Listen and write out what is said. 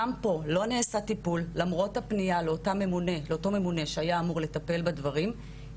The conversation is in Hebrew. גם פה לא נעשה טיפול למרות הפניה לאותו ממונה שהיה אמור לטפל בדברים,